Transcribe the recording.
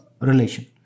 relation